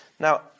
Now